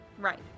Right